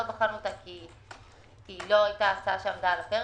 לא בחנו אותה כי היא לא עמדה על הפרק.